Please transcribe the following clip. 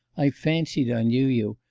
i fancied i knew you.